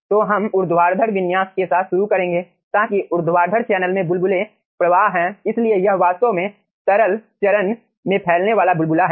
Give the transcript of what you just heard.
तो हम ऊर्ध्वाधर विन्यास के साथ शुरू करेंगे ताकि ऊर्ध्वाधर चैनल में बुलबुले प्रवाह है इसलिए यह वास्तव में तरल चरण में फैलाने वाला बुलबुला हैं